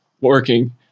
working